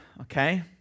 Okay